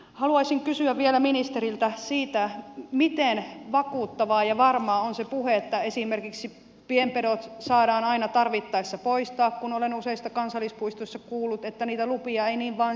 haluaisin kysyä vielä ministeriltä siitä miten vakuuttavaa ja varmaa on se puhe että esimerkiksi pienpedot saadaan aina tarvittaessa poistaa kun olen useista kansallispuistoista kuullut että niitä lupia ei niin vain saakaan